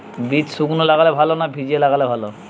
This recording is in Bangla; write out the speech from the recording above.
বীজ শুকনো লাগালে ভালো না ভিজিয়ে লাগালে ভালো?